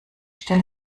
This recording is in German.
stelle